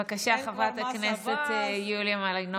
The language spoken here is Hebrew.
בבקשה, חברת הכנסת יוליה מלינובסקי.